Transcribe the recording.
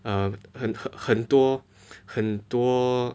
err 很很多很多